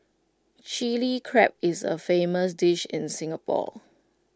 Chilli Crab is A famous dish in Singapore